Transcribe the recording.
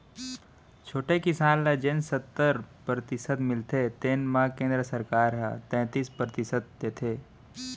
छोटे किसान ल जेन सत्तर परतिसत मिलथे तेन म केंद्र सरकार ह तैतीस परतिसत देथे